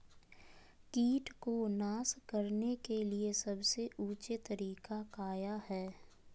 किट को नास करने के लिए सबसे ऊंचे तरीका काया है?